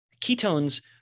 ketones